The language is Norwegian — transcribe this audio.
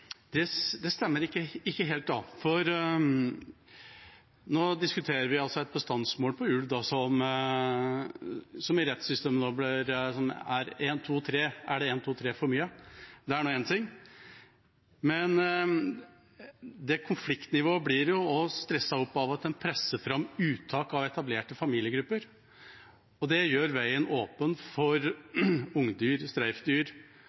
stemmer ikke helt. Nå diskuterer vi altså et bestandsmål for ulv som i rettssystemet da blir en, to tre – er det en, to, tre for mye? Det er nå én ting. Men konfliktnivået blir jo også stresset opp av at en presser fram uttak av etablerte familiegrupper, og det gjør veien åpen for ungdyr, streifdyr,